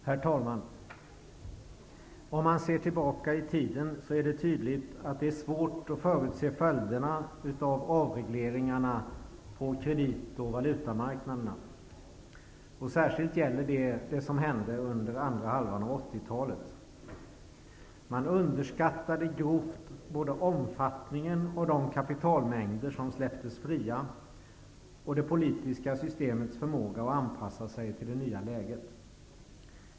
Herr talman! Om man ser tillbaka i tiden finner man tydligt hur svårt det är att förutse följderna av avregleringarna på kredit och valutamarknaderna, särskilt när det gäller vad som hände under andra halvan av 1980-talet. Man underskattade grovt både omfattningen av de kapitalmängder som släpptes fria och det politiska systemets förmåga att anpassa sig till det nya läget.